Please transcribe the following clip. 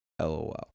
LOL